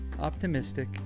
optimistic